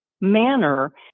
manner